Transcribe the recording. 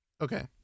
Okay